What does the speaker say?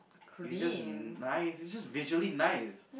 it was just nice it was just visually nice